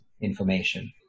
information